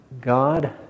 God